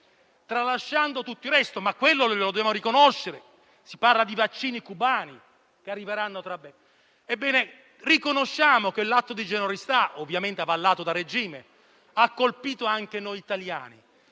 Tralasciando tutto il resto, dobbiamo riconoscere questo aspetto. Si parla di vaccini cubani che arriveranno tra breve. Riconosciamo che l'atto di generosità, ovviamente avallato dal regime, ha colpito anche noi italiani,